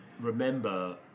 remember